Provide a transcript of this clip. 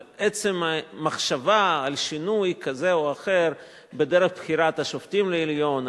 על עצם המחשבה על שינוי כזה או אחר בדרך בחירת השופטים לעליון,